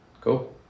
cool